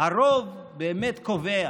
הרוב באמת קובע,